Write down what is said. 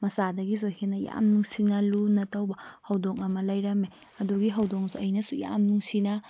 ꯃꯆꯥꯗꯒꯤꯁꯨ ꯍꯦꯟꯅ ꯌꯥꯝ ꯅꯨꯡꯁꯤꯅ ꯂꯨꯅ ꯇꯧꯕ ꯍꯧꯗꯣꯡ ꯑꯃ ꯂꯩꯔꯝꯃꯦ ꯑꯗꯨꯒꯤ ꯍꯧꯗꯣꯡꯁꯦ ꯑꯩꯅꯁꯨ ꯌꯥꯝ ꯅꯨꯡꯁꯤꯅ